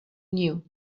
knew